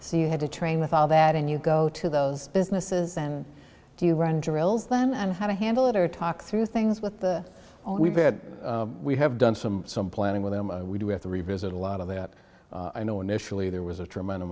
so you have to train with all that and you go to those businesses and do you run drills them and how to handle it or talk through things with the on we've had we have done some some planning with them we do have to revisit a lot of that i know initially there was a tremendous